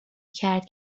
کرد